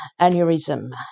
aneurysm